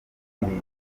irindwi